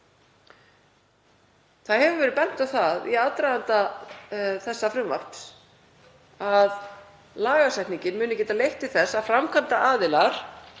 Það hefur verið bent á það í aðdraganda þessa frumvarps að lagasetningin muni geta leitt til þess að framkvæmdaraðilar,